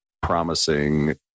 promising